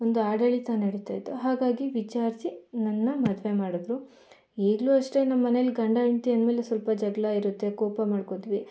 ಒಂದು ಆಡಳಿತ ನಡಿತಾ ಇತ್ತು ಹಾಗಾಗಿ ವಿಚಾರಿಸಿ ನನ್ನ ಮದುವೆ ಮಾಡಿದರು ಈಗಲೂ ಅಷ್ಟೇ ನಮ್ಮನೆಲಿ ಗಂಡ ಹೆಂಡತಿ ಅಂದ್ಮೇಲೆ ಸ್ವಲ್ಪ ಜಗಳ ಇರುತ್ತೆ ಕೋಪ ಮಾಡ್ಕೊಳ್ತೀವಿ